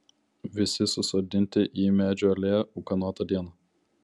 visi susodinti į medžių alėją ūkanotą dieną